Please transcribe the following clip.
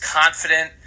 confident